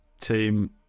team